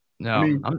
No